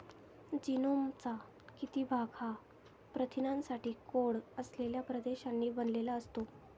जीनोमचा किती भाग हा प्रथिनांसाठी कोड असलेल्या प्रदेशांनी बनलेला असतो?